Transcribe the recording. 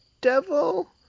devil